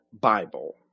Bible